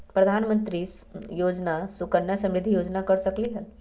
प्रधानमंत्री योजना सुकन्या समृद्धि योजना कर सकलीहल?